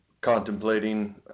contemplating